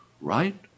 right